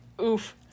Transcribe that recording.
Oof